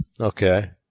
Okay